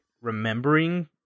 remembering